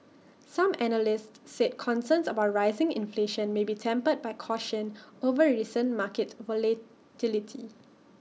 some analysts said concerns about rising inflation may be tempered by caution over recent market volatility